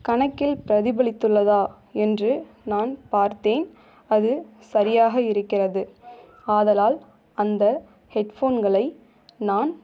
கணக்கில் பிரதிபலித்துள்ளதா என்று நான் பார்த்தேன் அது சரியாக இருக்கிறது ஆதலால் அந்த ஹெட் ஃபோன்களை நான்